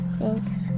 thanks